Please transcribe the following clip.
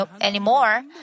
anymore